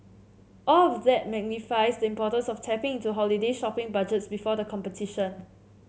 all of that magnifies the importance of tapping into holiday shopping budgets before the competition